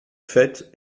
faite